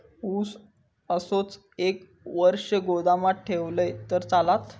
ऊस असोच एक वर्ष गोदामात ठेवलंय तर चालात?